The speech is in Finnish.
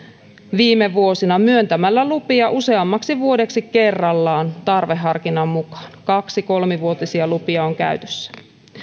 viime vuosina myöntämällä lupia useammaksi vuodeksi kerrallaan tarveharkinnan mukaan kaksi viiva kolme vuotisia lupia on käytössä